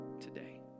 today